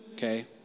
Okay